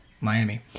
Miami